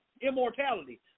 immortality